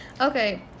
Okay